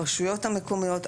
הרשויות המקומיות,